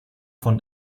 von